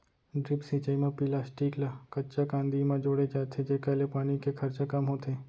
drip सिंचई म plastic ल कच्चा कांदी म जोड़े जाथे जेकर ले पानी के खरचा कम होथे